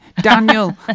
Daniel